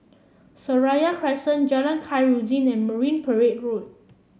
Seraya Crescent Jalan Khairuddin and Marine Parade Road